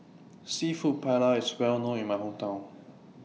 Seafood Paella IS Well known in My Hometown